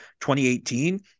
2018